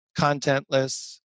contentless